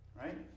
right